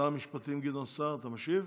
שר המשפטים גדעון סער, אתה משיב?